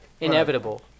inevitable